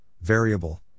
variable